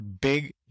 big